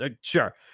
sure